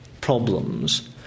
problems